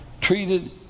treated